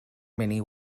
many